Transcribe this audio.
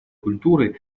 культуры